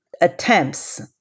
attempts